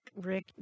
Rick